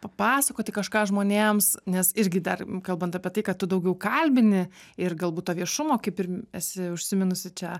papasakoti kažką žmonėms nes irgi dar kalbant apie tai kad tu daugiau kalbini ir galbūt to viešumo kaip ir esi užsiminusi čia